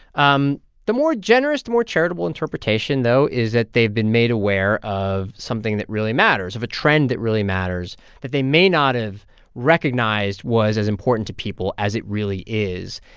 um the more generous, the more charitable interpretation, though, is that they've been made aware of something that really matters, of a trend that really matters, that they may not have recognized was as important to people as it really is,